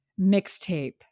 Mixtape